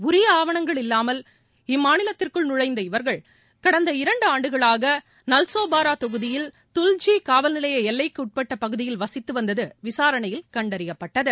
உரிய ஆவணங்கள் இல்லாமல் இம்மாநிலத்திற்குள் நுழைந்த இவர்கள் கடந்த இரண்டு ஆண்டுகளாக நல்சோபாரா பகுதியில் துல்ஜி காவல்நிலைய எல்லைக்குட்பட்ட பகுதியில் வசித்துவந்தது விசாரணையில் கண்டறியப்பட்டது